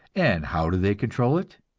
and how do they control it?